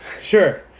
Sure